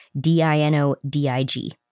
D-I-N-O-D-I-G